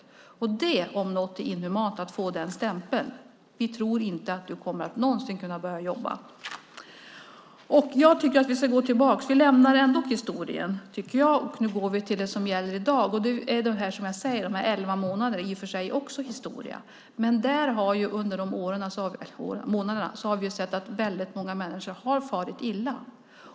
Att få den stämpeln är inhumant om något. Vi tror inte att du någonsin kommer att börja jobba. Vi lämnar historien, tycker jag, och går till det som gäller i dag. Det handlar om de elva månaderna. Det är i och för sig också historia, men under de månaderna har vi sett att många har farit illa.